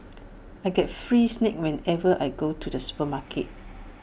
I get free snacks whenever I go to the supermarket